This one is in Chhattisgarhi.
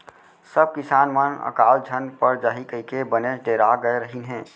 सब किसान मन अकाल झन पर जाही कइके बनेच डेरा गय रहिन हें